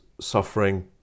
suffering